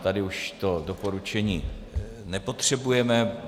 Tady už to doporučení nepotřebujeme.